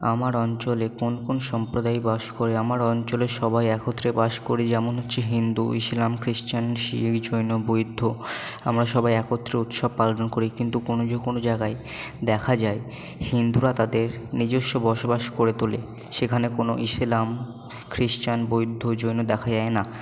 আমার অঞ্চলে কোন কোন সম্প্রদায় বাস করে আমার অঞ্চলে সবাই একত্রে বাস করি যেমন হচ্ছে হিন্দু ইসলাম খ্রিশ্চান শিখ জৈন বৌদ্ধ আমরা সবাই একত্রে উৎসব পালন করি কিন্তু কোনো জায়গায় দেখা যায় হিন্দুরা তাদের নিজস্ব বসবাস করে তোলে সেখানে কোনো ইসলাম খ্রিশ্চান বৈদ্ধ জৈন দেখা যায় না